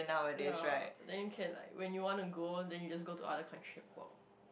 ya then you can like when you want to go then you just go to other country and work